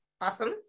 Awesome